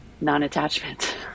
non-attachment